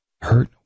Hurt